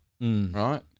right